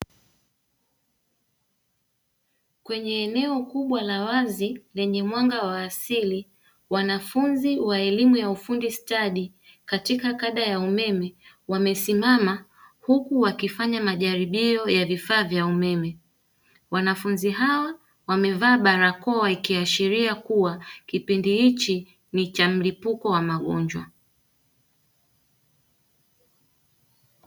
Kwenye eneo kubwa la wazi lenye mwanga wa asili, wanafunzi wa elimu ya ufundi stadi katika kada ya umeme wamesimama huku wakifanya majaribio ya vifaa vya umeme. Wanafunzi hawa wamevaa barakoa ikiashiria kuwa kipindi hichi ni cha mlipuko wa magonjwa.